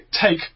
take